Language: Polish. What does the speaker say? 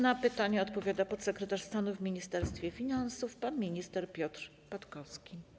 Na pytanie odpowie podsekretarz stanu w Ministerstwie Finansów pan minister Piotr Patkowski.